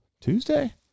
Tuesday